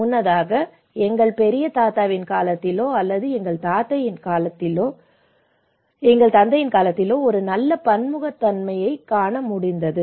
முன்னதாக எங்கள் பெரிய தாத்தாவின் காலத்திலோ அல்லது எங்கள் தந்தையின் காலத்திலோ ஒரு நல்ல பன்முகத்தன்மையைக் காண முடிந்தது